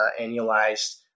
annualized